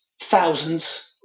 Thousands